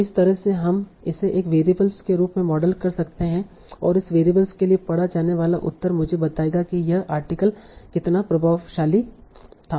तो इस तरह से हम इसे एक वेरिएबल के रूप में मॉडल कर सकते हैं और इस वेरिएबल के लिए पढ़ा जाने वाला उत्तर मुझे बताएगा कि यह आर्टिकल कितना प्रभावशाली था